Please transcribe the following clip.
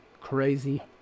crazy